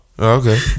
okay